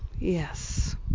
Yes